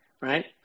Right